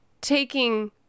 taking